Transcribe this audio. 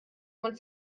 man